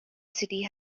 city